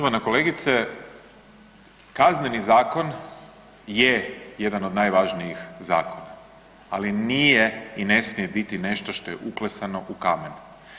Poštovana kolegice Kazneni zakon je jedan od najvažnijih zakona, ali nije i ne smije biti nešto što je uklesano u kamen.